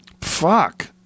Fuck